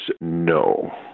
no